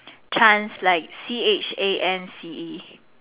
chance like C H a N C E